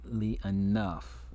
enough